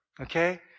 Okay